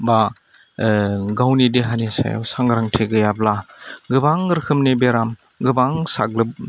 बा गावनि देहानि सायाव सांग्रांथि गैयाब्ला गोबां रोखोमनि बेराम गोबां साग्लोब